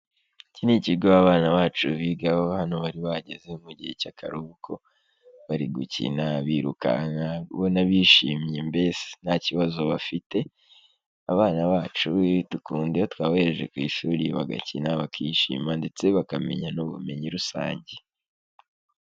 Iki ni ikigo abana bacu bigaho, hano bari bageze mu gihe cy'akaruhuko, bari gukina birukanka ubona bishimye, mbese nta kibazo bafite. Abana bacu dukunda iyo twabohereje ku ishuri bagakina, bakishima ndetse bakamenya n'ubumenyi rusange.